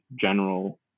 general